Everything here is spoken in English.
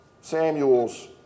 Samuel's